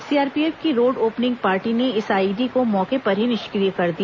CRPF की road opening party ने इस आईईडी को मौके पर ही निष्क्रिय कर दिया